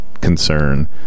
concern